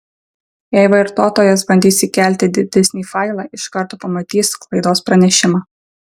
jei vartotojas bandys įkelti didesnį failą iš karto pamatys klaidos pranešimą